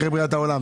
אחרי בריאת העולם,